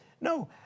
No